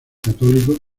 católico